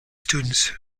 students